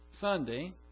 Sunday